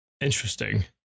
interesting